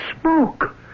smoke